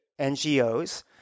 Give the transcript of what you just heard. NGOs